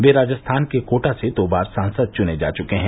वे राजस्थान के कोटा से दो बार सांसद चुने जा चुके है